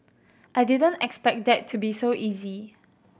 I didn't expect that to be so easy